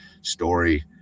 story